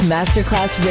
Masterclass